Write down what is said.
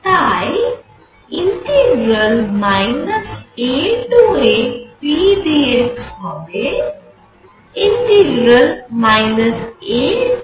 তাই AAp dx হবে AA√ dx